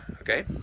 okay